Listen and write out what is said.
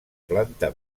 planta